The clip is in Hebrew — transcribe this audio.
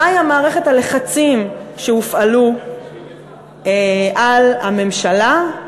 מהי מערכת הלחצים שהופעלו על הממשלה,